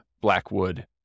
Blackwood